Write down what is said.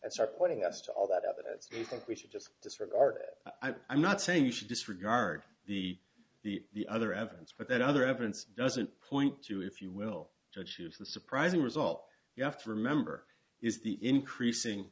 and start quoting us to all that evidence may think we should just disregard it i'm not saying you should disregard the the other evidence but that other evidence doesn't point to if you will to choose the surprising result you have to remember is the increasing